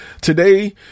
Today